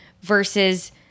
versus